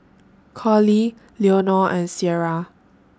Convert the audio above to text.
Colie Leonore and Ciera